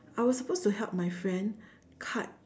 I was supposed to help my friend cut